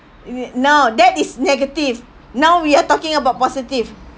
if it no that is negative now we are talking about positive